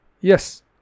Yes